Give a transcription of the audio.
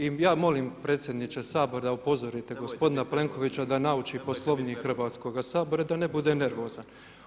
I ja molim predsjedniče Sabora da upozorite gospodina Plenkovića da nauči Poslovnik Hrvatskoga sabora i da ne bude nervozan.